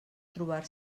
trobar